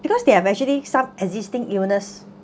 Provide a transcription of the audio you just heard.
because they have actually some existing illness